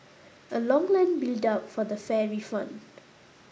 a long line built up for the fare refund